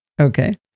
Okay